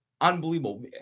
Unbelievable